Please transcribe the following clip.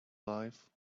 life